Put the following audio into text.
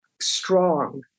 strong